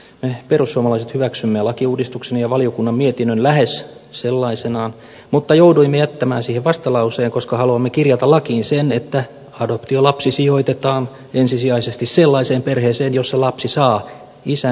me perussuomalaiset hyväksymme lakiuudistuksen ja valiokunnan mietinnön lähes sellaisenaan mutta jouduimme jättämään siihen vastalauseen koska haluamme kirjata lakiin sen että adoptiolapsi sijoitetaan ensisijaisesti sellaiseen perheeseen jossa lapsi saa isän ja äidin